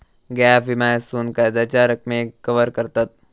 gap विम्यासून कर्जाच्या रकमेक कवर करतत